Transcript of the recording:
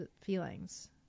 feelings